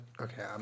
okay